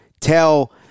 tell